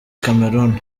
cameroun